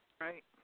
Right